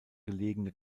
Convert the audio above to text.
gelegene